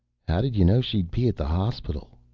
how did you know she'd be at the hospital?